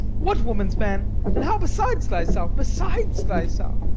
what woman's man, and how besides thyself? besides thyself?